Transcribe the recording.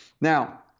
Now